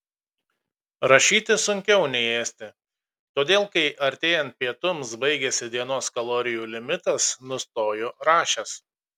rašyti sunkiau nei ėsti todėl kai artėjant pietums baigiasi dienos kalorijų limitas nustoju rašęs